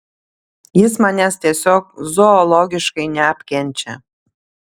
jis manęs tiesiog zoologiškai neapkenčia